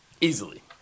easily